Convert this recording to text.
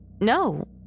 No